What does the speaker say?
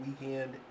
weekend